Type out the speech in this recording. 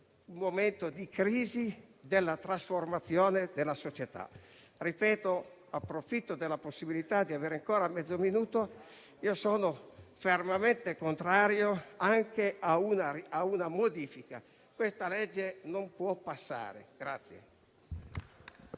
momento di crisi e di trasformazione della società. Approfitto della possibilità di avere ancora mezzo minuto per ripetere che sono fermamente contrario anche a una modifica. Questa legge non può passare.